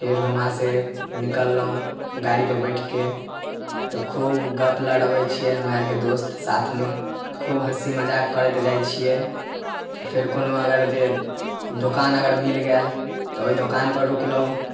फेर हुआँसे निकलहुँ गाड़ीपर बैठके तऽ खूब गप लड़बय छियै हमे आरके दोस्त साथमे खूब हँसी मजाक करैत जाइ छियै फेर कोनो अगर जे दोकान अगर मिल गेल तऽ ओइ दोकानपर रुकलहुँ